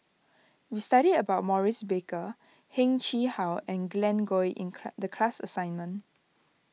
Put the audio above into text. we studied about Maurice Baker Heng Chee How and Glen Goei in the class assignment